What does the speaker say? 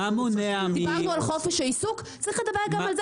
דיברנו על חופש העיסוק,